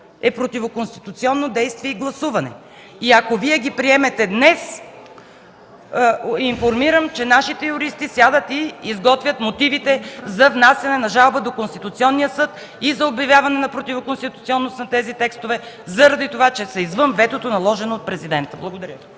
е противоконституционно действие и гласуване. Ако Вие ги приемете днес, информирам, че нашите юристи ще седнат и изготвят мотивите за внасяне на жалба до Конституционния съд и за обявяване на противоконституционност на тези текстове, защото са извън ветото, наложено от Президента. Благодаря